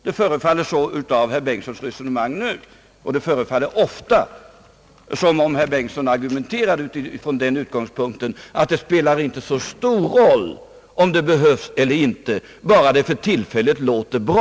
Det förefaller så av herr Bengtsons resonemang nu, och det förefaller ofta som om herr Bengtson argumenterar från den utgångspunkten, att det spelar inte så stor roll om det behövs eller inte bara det för tillfället låter bra.